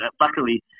luckily